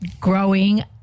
growing